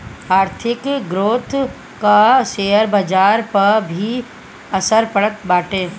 आर्थिक ग्रोथ कअ शेयर बाजार पअ भी असर पड़त बाटे